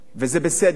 וזה בסדר,